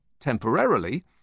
temporarily